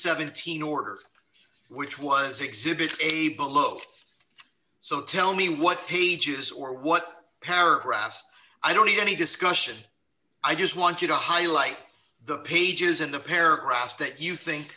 seventeen order which was exhibit a below so tell me what pages or what paragraphs i don't need any discussion i just want you to highlight the pages in the paragraphs that